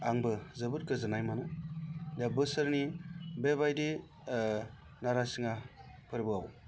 आंबो जोबोर गोजोन्नाय मोनो दा बोसोरनि बेबायदि नारासिङा फोरबोआव